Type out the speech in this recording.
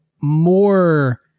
more